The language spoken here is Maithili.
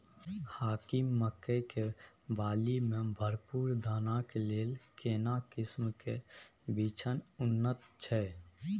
हाकीम मकई के बाली में भरपूर दाना के लेल केना किस्म के बिछन उन्नत छैय?